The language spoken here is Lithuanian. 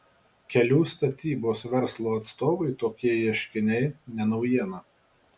kelių statybos verslo atstovui tokie ieškiniai ne naujiena